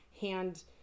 hand